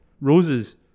roses